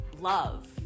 love